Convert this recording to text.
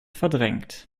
verdrängt